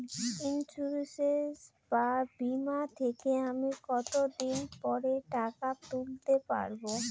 Insurance বা বিমা থেকে আমি কত দিন পরে টাকা তুলতে পারব?